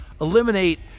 eliminate